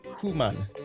human